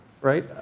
right